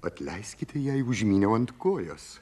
atleiskite jei užmyniau ant kojos